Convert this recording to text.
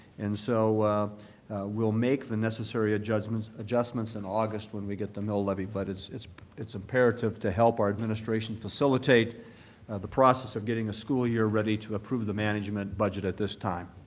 and so we'll make the necessary adjustments adjustments in august when we get the mill levy but it's it's imperative to help our administration facilitate the process of getting a school year ready to approve the management budget at this time.